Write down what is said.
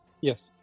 Yes